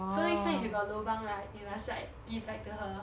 so next time you got lobang right you must like give back to her